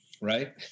Right